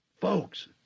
folks